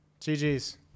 GGS